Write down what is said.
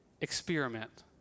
experiment